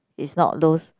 is not lose